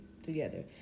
Together